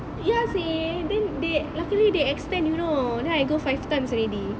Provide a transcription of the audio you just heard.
ya seh then they luckily they extend you know then I go five times already